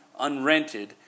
unrented